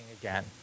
again